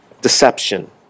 deception